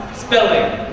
spelling,